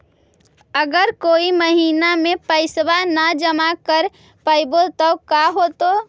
अगर कोई महिना मे पैसबा न जमा कर पईबै त का होतै?